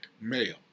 male